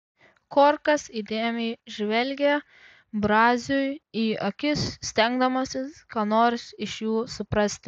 korkas įdėmiai žvelgė braziui į akis stengdamasis ką nors iš jų suprasti